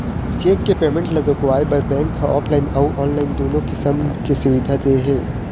cheque के payment ल रोकवाए बर बेंक ह ऑफलाइन अउ ऑनलाईन दुनो किसम के सुबिधा दे हे